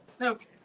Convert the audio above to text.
Okay